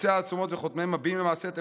הם